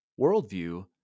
worldview